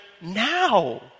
now